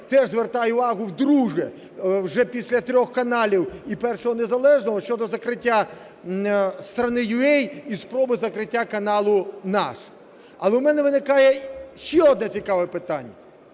теж звертає увагу вдруге вже після трьох каналів і "Першого Незалежного" щодо закриття "Страна.ua" і спроби закриття каналу "НАШ". Але у мене виникає ще одне цікаве питання.